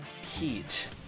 heat